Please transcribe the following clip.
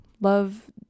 love